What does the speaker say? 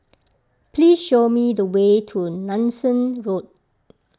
please show me the way to Nanson Road